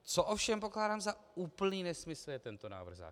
Co ovšem pokládám za úplný nesmysl, je tento návrh zákona.